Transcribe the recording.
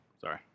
sorry